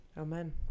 Amen